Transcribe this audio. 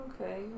Okay